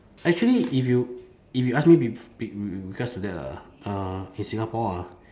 actually if you if you ask me bef~ be~ because of that ah uh in singapore ah